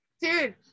Dude